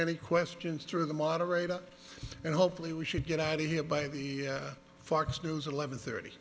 any questions through the moderator and hopefully we should get out here by the fox news at eleven thirty